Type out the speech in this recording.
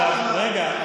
רגע,